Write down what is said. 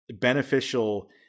beneficial